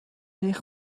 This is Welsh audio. eich